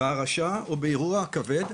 בהרעשה או באירוע כבד,